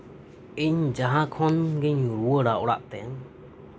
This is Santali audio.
ᱢᱟᱴᱷ ᱠᱷᱚᱱ ᱦᱩᱭ ᱫᱟᱲᱮᱭᱟᱜᱼᱟ ᱥᱮ ᱵᱟᱡᱟᱨ ᱮᱢᱟᱱ ᱠᱷᱚᱱ ᱞᱟᱸᱜᱟ ᱠᱟᱛᱮ ᱡᱚᱠᱷᱚᱱ ᱚᱲᱟᱜ ᱤᱧ ᱵᱚᱞᱚᱱᱟ